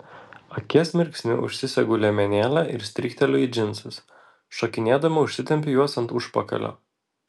akies mirksniu užsisegu liemenėlę ir strykteliu į džinsus šokinėdama užsitempiu juos ant užpakalio